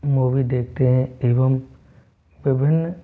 movie देखते हैं एवं विभिन्न